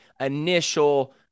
initial